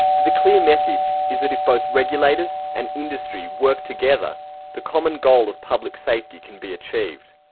the the clear message is that if both regulators and industry work together the common goal of public safety can be achieved.